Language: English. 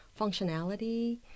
functionality